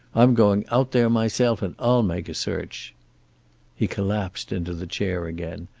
i'm going out there myself, and i'll make a search he collapsed into the chair again,